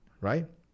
right